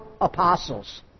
apostles